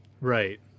right